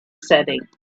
setting